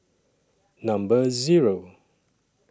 Number Zero